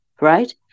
right